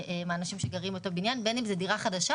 מהאנשים שגרים באותו בניין בין אם זו דירה חדשה,